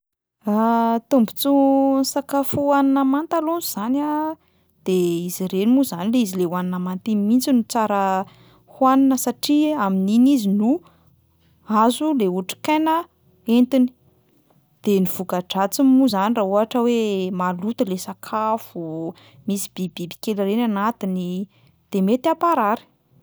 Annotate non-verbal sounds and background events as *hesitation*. *hesitation* Ny tombontsoa *hesitation* ny sakafo hohanina manta alohany zany a, de izy ireny moa zany le izy le hohanina manta iny mihitsy no tsara hohanina satria amin'iny izy no azo le otrikaina entiny, de ny voka-dratsiny moa zany raha ohatra hoe maloto le sakafo, misy bibibibikely ireny anatiny, de mety hamparary.